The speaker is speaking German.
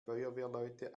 feuerwehrleute